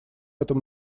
этом